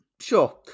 sure